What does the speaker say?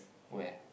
where